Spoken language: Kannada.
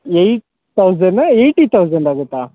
ಏಯ್ಟ್ ತೌಸನ್ನಾ ಏಯ್ಟಿ ತೌಸಂಡ್ ಆಗುತ್ತಾ